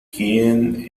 quién